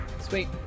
Sweet